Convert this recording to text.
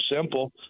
simple